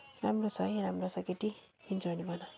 राम्रो छ है राम्रो छ केटी किन्छौ भने भन